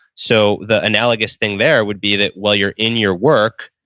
so, the analogous thing there would be that while you're in your work,